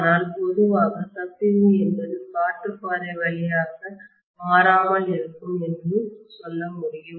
ஆனால் பொதுவாக கசிவு என்பது காற்றுப் பாதை வழியாக மாறாமல் இருக்கும் என்று நான் சொல்ல முடியும்